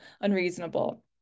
unreasonable